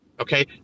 Okay